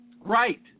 Right